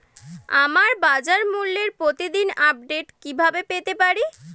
আমরা বাজারমূল্যের প্রতিদিন আপডেট কিভাবে পেতে পারি?